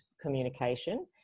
communication